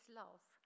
love